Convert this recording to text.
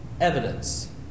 evidence